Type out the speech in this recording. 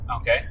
Okay